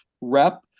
rep